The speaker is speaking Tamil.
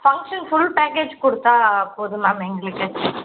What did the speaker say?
ஃபங்ஷன் ஃபுல் பேக்கேஜ் கொடுத்தால் போதும் மேம் எங்களுக்கு